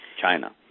China